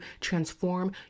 transform